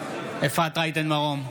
אפרת רייטן מרום,